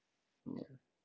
ya